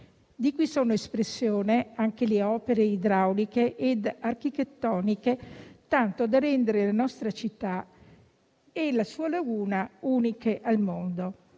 di cui sono espressione anche le opere idrauliche ed architettoniche, tanto da rendere la nostra città e la sua laguna uniche al mondo.